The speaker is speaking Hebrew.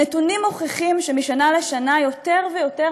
הנתונים מוכיחים שמשנה לשנה יותר ויותר